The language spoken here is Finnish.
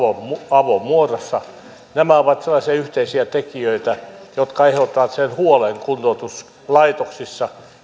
avomuodossa nämä ovat sellaisia yhteisiä tekijöitä jotka aiheuttavat kuntoutuslaitoksissa